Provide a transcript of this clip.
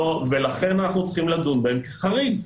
ולכן צריך לדון בהן כחריג.